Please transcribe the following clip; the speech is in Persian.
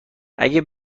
اگه